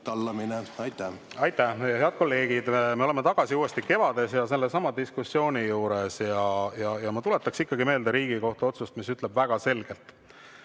tallamine. Aitäh! Head kolleegid! Me oleme tagasi uuesti kevades ja sellesama diskussiooni juures. Ma tuletaks meelde Riigikohtu otsust, mis ütleb väga selgelt,